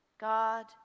God